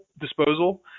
disposal